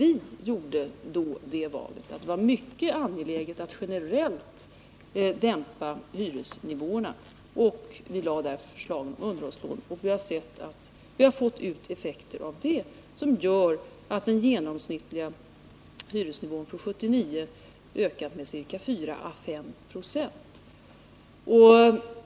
Vi gjorde då den bedömningen att det var mycket angeläget att generellt dämpa hyreshöjningarna, och vi lade därför fram förslaget om underhållslån. Vi har också funnit att detta fått effekter som gör att den genomsnittliga hyresnivån för 1979 ökat med 4 å 5 96.